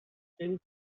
carried